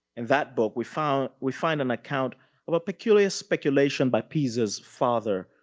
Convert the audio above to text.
in that book, we find we find an account of a peculiar speculation by piesse's father,